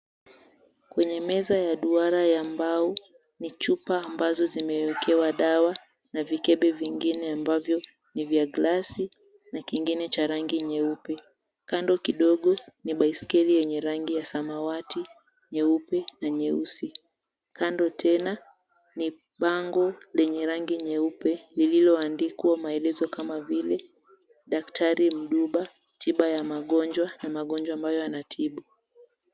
Kwenye meza ya duara ya mbao, ni chupa ambazo zimewekewa dawa na vikebe vingine ambavyo ni vya glasi na kingine cha rangi nyeupe. Kando kidogo ni baiskeli yenye rangi ya samawati, nyeupe na nyeusi. Kando tena ni bango lenye rangi nyeupe lililoandikwa maelezo kama vile, Daktari Mduba, tiba ya magonjwa na magonjwa ambayo anatibu.